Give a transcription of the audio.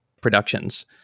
productions